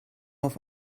auf